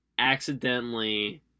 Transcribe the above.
accidentally